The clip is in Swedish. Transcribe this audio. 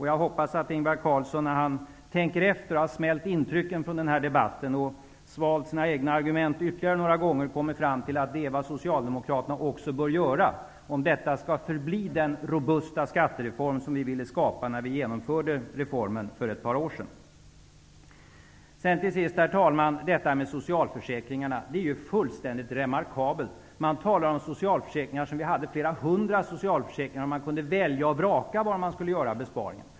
Jag hoppas att Ingvar Carlsson, när han tänkt efter och har smält intrycken från den här debatten och svalt sina egna argument ytterligare några gånger, kommer fram till att stå fast vid överenskommelsen är vad Socialdemokraterna också bör göra, om det skall bli den robusta skattereform som vi ville skapa när vi genomförde reformen för ett par år sedan. Till sist, herr talman, detta med socialförsäkringarna. Det är ju fullständigt remarkabelt att man talar om socialförsäkringar som om vi hade flera hundra sådana och man kunde välja och vraka var man skulle göra besparingar.